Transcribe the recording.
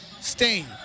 Stain